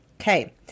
Okay